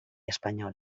espanyol